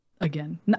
again